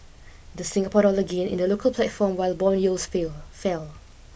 the Singapore dollar gained in the local platform while bond yields fail fell